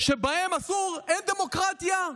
שלגביהם אסור, אין דמוקרטיה?